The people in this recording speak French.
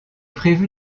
prévu